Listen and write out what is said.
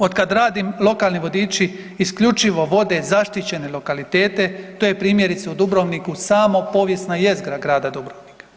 Od kad radim lokalni vodiči isključivo vode zaštićene lokalitete to je primjerice u Dubrovniku samo povijesna jezgra grada Dubrovnika.